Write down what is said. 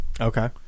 Okay